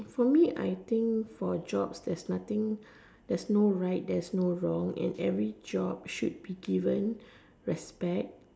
for me I think for jobs that's nothing there's no right there's no wrong and every job should be given respect